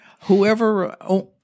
Whoever